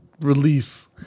release